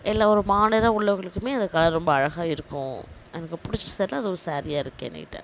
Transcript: எல்லாம் ஒரு மாநிறம் உள்ளவங்களுக்கும் அந்த கலர் ரொம்ப அழகாகவே இருக்கும் எனக்கு பிடிச்ச சேரின்னா அது ஒரு சேரியாக இருக்குது என்கிட்ட